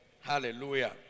Hallelujah